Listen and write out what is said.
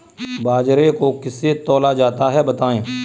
बाजरे को किससे तौला जाता है बताएँ?